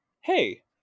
hey